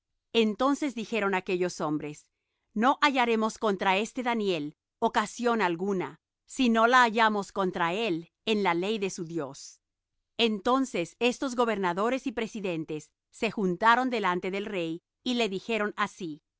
entonces dijeron aquellos hombres no hallaremos contra este daniel ocasión alguna si no la hallamos contra él en la ley de su dios entonces estos gobernadores y presidentes se juntaron delante del rey y le dijeron así